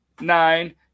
nine